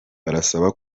barasaba